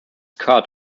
cut